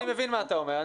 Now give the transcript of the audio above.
אני מבין מה אתה אומר.